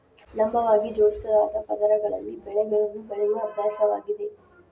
ಲಂಬವಾಗಿ ಜೋಡಿಸಲಾದ ಪದರಗಳಲ್ಲಿ ಬೆಳೆಗಳನ್ನು ಬೆಳೆಯುವ ಅಭ್ಯಾಸವಾಗಿದೆ